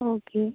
okay